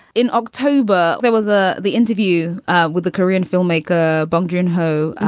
in october, there was ah the interview ah with the korean filmmaker. bong jin ho,